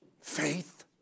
faith